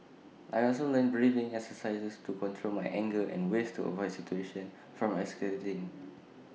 I also learnt breathing exercises to control my anger and ways to avoid situations from escalating